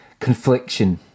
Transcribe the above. confliction